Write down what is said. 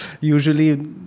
usually